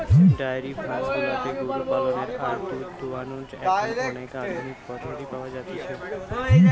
diary farm গুলাতে গরু পালনের আর দুধ দোহানোর এখন অনেক আধুনিক পদ্ধতি পাওয়া যতিছে